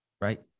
right